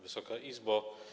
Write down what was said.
Wysoka Izbo!